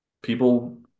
people